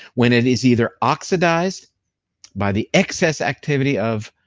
when it is either oxidized by the excess activity of